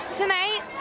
tonight